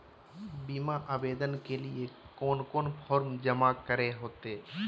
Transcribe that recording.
बीमा आवेदन के लिए कोन कोन फॉर्म जमा करें होते